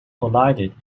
collided